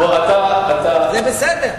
זה בסדר.